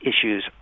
issues